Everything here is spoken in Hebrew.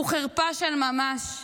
הוא חרפה של ממש,